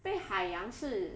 被海洋是